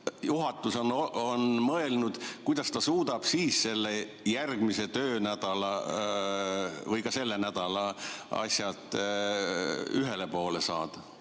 juhatus on mõelnud, kuidas ta suudab siis selle järgmise töönädala või ka selle nädala asjadega ühele poole saada?